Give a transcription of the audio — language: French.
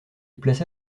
plaça